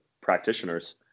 practitioners